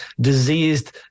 diseased